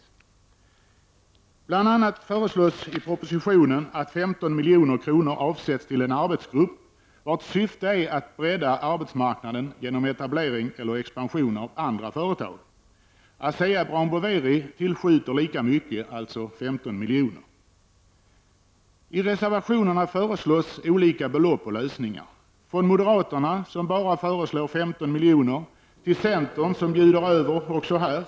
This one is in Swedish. I propositionen föreslås bl.a. att 15 milj.kr. avsätts till en arbetsgrupp vars syfte är att bredda arbetsmarknaden genom etablering eller expansion av andra företag. ASEA Brown Boveri tillskjuter lika mycket, dvs. 15 milj.kr. I reservationerna föreslås olika belopp och lösningar. Moderaterna föreslår bara 15 milj.kr., medan centern bjuder över också här.